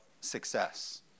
success